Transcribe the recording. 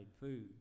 food